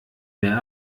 mehr